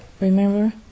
remember